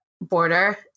border